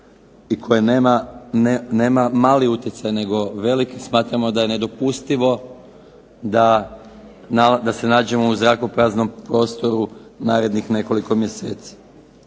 i koje nema mali utjecaj, nego veliki, smatramo da je nedopustivo da se nađemo u zrakopraznom prostoru narednih nekoliko mjeseci.